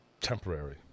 temporary